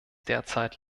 derzeit